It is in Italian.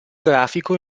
grafico